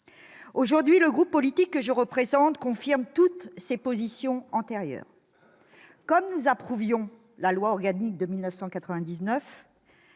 Aujourd'hui, le groupe politique que je représente confirme toutes ses positions antérieures. Comme nous approuvions la loi organique de 1999,